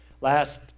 last